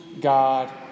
God